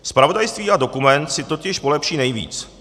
Zpravodajství a dokument si totiž polepší nejvíc.